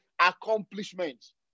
accomplishments